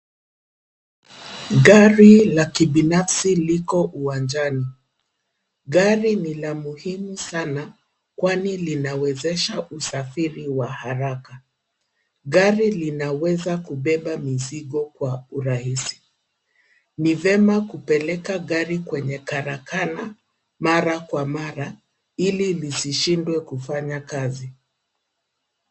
Gari la kibinafsi liko uwanjani. Gari ni la muhimu sana kwani linawezesha usafiri wa haraka. Gari linaweza kubeba mizigo kwa urahisi. Ni vyema kupeleka gari kwenye karakana mara kwa mara ili lisishindwe kufanya kazi.